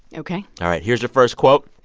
ok all right. here's your first quote.